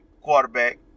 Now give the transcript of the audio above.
quarterback